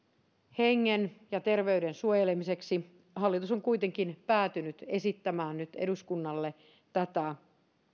hengen ja terveyden suojelemiseksi hallitus on kuitenkin päätynyt esittämään nyt eduskunnalle tätä